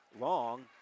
Long